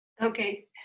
Okay